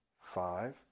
five